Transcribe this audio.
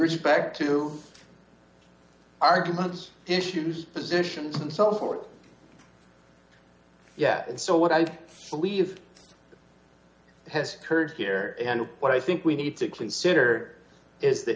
respect to arguments issues positions and so forth yet and so what i believe has occurred here and what i think we need to consider is th